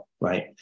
right